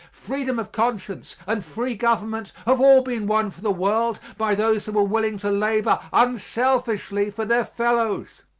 freedom of conscience and free government have all been won for the world by those who were willing to labor unselfishly for their fellows.